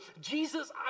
Jesus